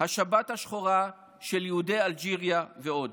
השבת השחורה של יהודי אלג'יריה ועוד.